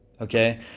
Okay